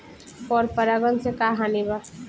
पर परागण से का हानि बा?